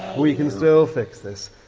we can still fix this.